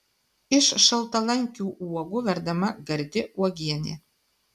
iš šaltalankių uogų verdama gardi uogienė